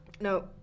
No